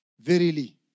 Verily